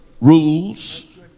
rules